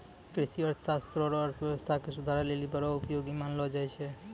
कृषि अर्थशास्त्र रो अर्थव्यवस्था के सुधारै लेली बड़ो उपयोगी मानलो जाय छै